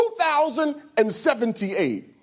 2078